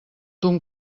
ton